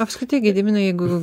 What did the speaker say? apskritai gediminai jeigu